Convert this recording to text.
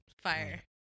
fire